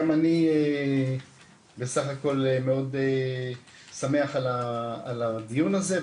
גם אני בסך הכול מאוד שמח על הדיון הזה,